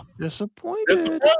Disappointed